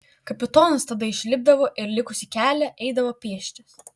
kapitonas tada išlipdavo ir likusį kelią eidavo pėsčias